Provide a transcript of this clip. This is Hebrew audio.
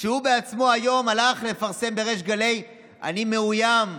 שהוא בעצמו היום הלך לפרסם בריש גלי: אני מאוים,